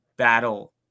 battle